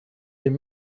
dem